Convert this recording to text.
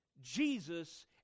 Jesus